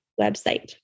website